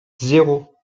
zéro